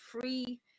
free